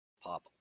pop